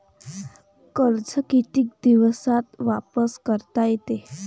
कर्ज कितीक दिवसात वापस करता येते?